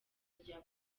rya